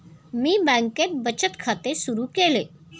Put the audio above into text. मी बँकेत बचत खाते सुरु केले